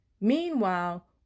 Meanwhile